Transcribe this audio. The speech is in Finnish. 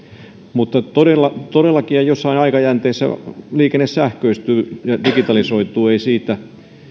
mutta todellakin jollain aikajänteellä liikenne sähköistyy ja digitalisoituu ei siitä